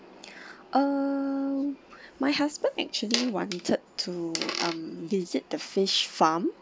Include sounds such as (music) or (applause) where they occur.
(noise) uh my husband actually wanted to um visit the fish farm